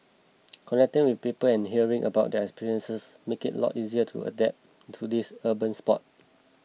connecting with people and hearing about their experiences make it a lot easier to adapt to this urban sport